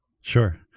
sure